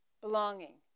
Belonging